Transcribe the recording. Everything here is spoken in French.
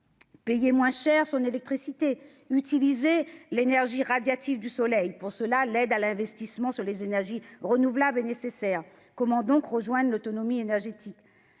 Payer moins cher leur électricité et utiliser l'énergie radiative du soleil. Pour cela, l'aide à l'investissement dans les énergies renouvelables est nécessaire ; à défaut, comment parvenir à l'autonomie énergétique ?